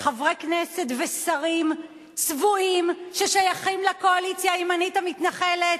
חברי כנסת ושרים צבועים ששייכים לקואליציה הימנית המתנחלת,